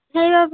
সেইবাবে